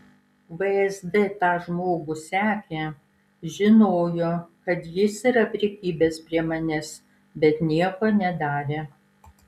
vsd tą žmogų sekė žinojo kad jis yra prikibęs prie manęs bet nieko nedarė